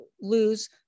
lose